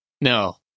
No